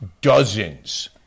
Dozens